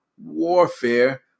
warfare